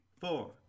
four